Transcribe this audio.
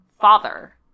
father